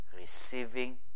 receiving